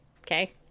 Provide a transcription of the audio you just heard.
okay